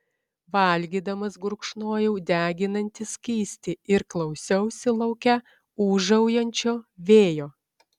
valgydamas gurkšnojau deginantį skystį ir klausiausi lauke ūžaujančio vėjo